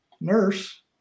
nurse